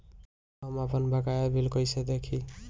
हम आपनबकाया बिल कइसे देखि?